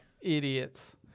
Idiots